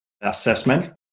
assessment